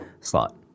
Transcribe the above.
slot